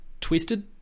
Twisted